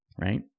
Right